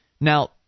Now